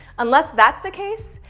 unless that's the case,